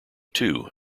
too